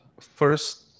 first